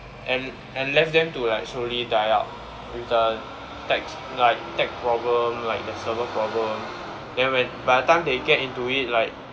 and and left them to like slowly die out with the tech like tech problem like there's server problem then when by the time they get into it like